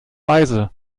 weise